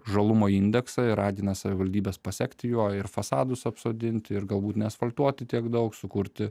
žalumo indeksą ir ragina savivaldybes pasekti juo ir fasadus apsodintu ir galbūt neasfaltuoti tiek daug sukurti